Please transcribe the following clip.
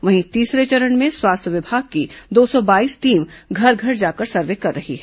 वहीं तीसरे चरण में स्वास्थ्य विभाग की दो सौ बाईस टीम घर घर जाकर सर्वें कर रही हैं